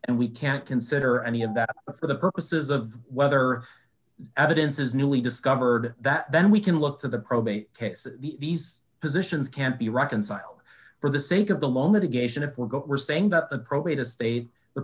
and we can't consider any of that for the purposes of whether evidence is newly discovered that then we can look to the probate cases these positions can't be reconciled for the sake of the long litigation if we go we're saying that the